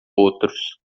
outros